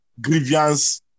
grievance